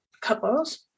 couples